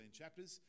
chapters